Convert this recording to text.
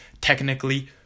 technically